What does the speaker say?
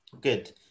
Good